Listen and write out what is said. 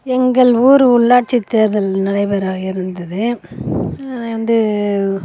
எங்கள் ஊர் உள்ளாட்சி தேர்தல் நடைபெற இருந்தது வந்து